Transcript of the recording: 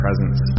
presence